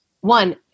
One